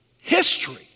History